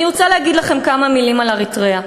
אני רוצה לומר לכם כמה מילים על אריתריאה,